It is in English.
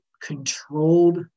controlled